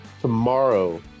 Tomorrow